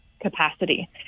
capacity